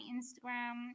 Instagram